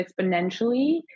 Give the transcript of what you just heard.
exponentially